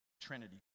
Trinity